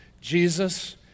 Jesus